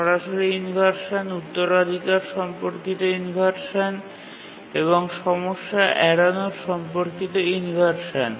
সরাসরি ইনভারশান উত্তরাধিকার সম্পর্কিত ইনভারশান এবং সমস্যা এড়ানোর সম্পর্কিত ইনভারশান